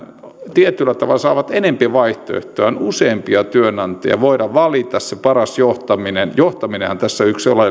tietyllä tavalla saavat enempi vaihtoehtoja on useampia työnantajia voidaan valita se paras johtaminen johtaminenhan on yksi oleellinen